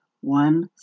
one